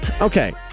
Okay